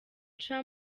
cha